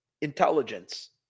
intelligence